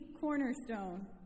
cornerstone